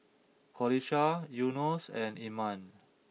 Qalisha Yunos and Iman